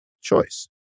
choice